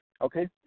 Okay